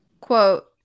Quote